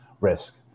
risk